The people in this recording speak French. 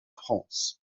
france